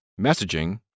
messaging